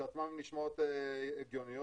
לכשעצמן הן נשמעות הגיוניות,